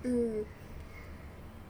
mm